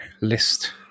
list